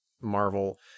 Marvel